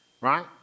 right